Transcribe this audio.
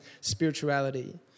spirituality